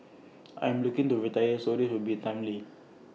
I am looking to retire so this will be timely